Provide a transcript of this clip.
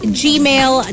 gmail